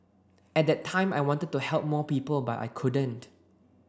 at that time I wanted to help more people but I couldn't